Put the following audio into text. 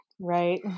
Right